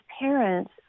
parents